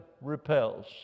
repels